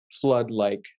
flood-like